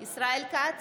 ישראל כץ,